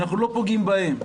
אנחנו לא פוגעים בהם.